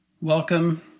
welcome